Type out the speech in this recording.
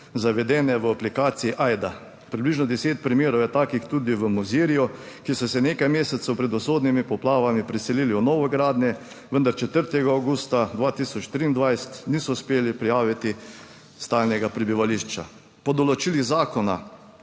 zavedene v aplikaciji Ajda; približno deset primerov je takih tudi v Mozirju, ki so se nekaj mesecev pred usodnimi poplavami preselili v novogradnje, vendar 4. avgusta 2023 niso uspeli prijaviti stalnega prebivališča. Po določilih Zakona